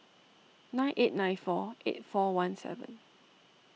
nine eight nine four eight four one seven